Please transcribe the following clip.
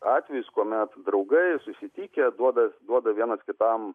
atvejis kuomet draugai susitikę duoda duoda vienas kitam